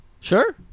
Sure